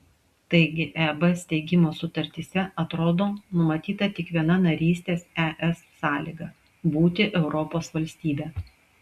taigi eb steigimo sutartyse atrodo numatyta tik viena narystės es sąlyga būti europos valstybe